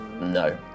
No